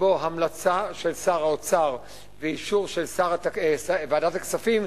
המלצה של שר האוצר באישור של ועדת הכספים,